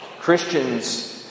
Christians